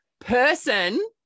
person